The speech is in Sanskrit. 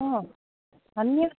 अन्य